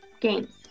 games